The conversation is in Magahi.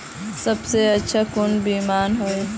सबसे अच्छा कुन बिमा होय?